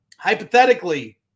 Hypothetically